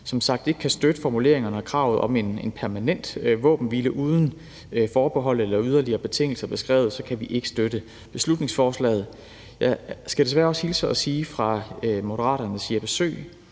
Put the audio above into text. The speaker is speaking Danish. som sagt ikke kan støtte formuleringerne og kravet om en permanent våbenhvile, uden at forbehold eller yderligere betingelser er beskrevet, så kan vi ikke støtte beslutningsforslaget. Jeg skal desværre også hilse og sige fra Moderaternes Jeppe Søe,